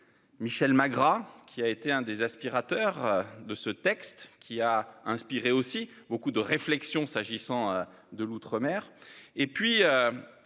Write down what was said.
Michel Magras qui a été un des aspirateurs de ce texte qui a inspiré aussi beaucoup de réflexions, s'agissant de l'outre-mer et puis.